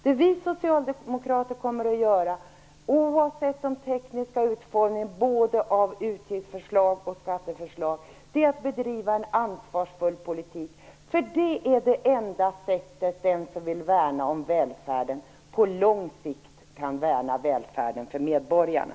Det vi socialdemokrater kommer att göra, oavsett den tekniska utformningen av utgiftsförslag och skatteförslag är att bedriva en ansvarsfull politik. Det är det enda sättet för den som på lång sikt vill värna om välfärden för medborgarna.